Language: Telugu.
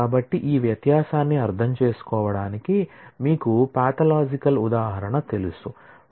కాబట్టి ఈ వ్యత్యాసాన్ని అర్థం చేసుకోవడానికి మీకు పాథలాజికల్ ఉదాహరణ తెలుసు